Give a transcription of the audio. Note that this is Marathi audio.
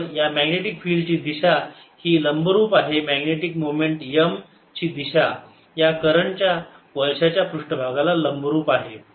तर या मॅग्नेटिक फिल्ड ची दिशा ही लंबरूप आहे मॅग्नेटिक मोमेंट m ची दिशा या करंटच्या वळश्याच्या पृष्ठभागाला लंबरूप आहे